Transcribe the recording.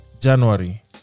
January